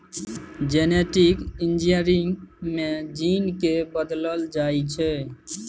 genetic engineering मे gene केँ बदलल जाइ छै